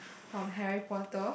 from Harry Potter